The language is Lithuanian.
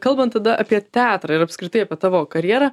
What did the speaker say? kalbant tada apie teatrą ir apskritai apie tavo karjerą